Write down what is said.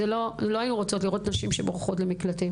הן לא היו רוצות לראות נשים שבורחות למקלטים,